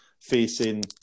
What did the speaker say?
facing